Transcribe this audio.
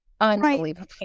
unbelievable